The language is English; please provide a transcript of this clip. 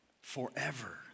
forever